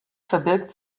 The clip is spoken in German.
verbirgt